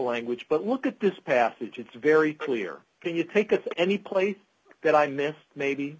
language but look at this passage it's very clear can you take it any place that i meant maybe